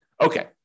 Okay